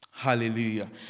Hallelujah